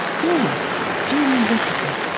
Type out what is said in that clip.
yes. jim rickaby.